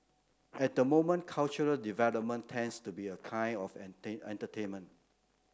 at the moment cultural development tends to be a kind of entertainment